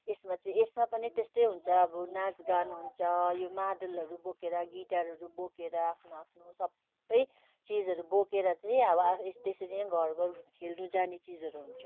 यसमा चाहिँ यसमा पनि त्यस्तै हुन्छ अब नाच गान हुन्छ यो मादलहरू बोकेर गिटारहरू बोकेर आफ्नो आफ्नो सबै चिजहरू बोकेर चाहिँ अब यस त्यसरी नै घर घर खेल्नु जाने चिजहरू हुन्छ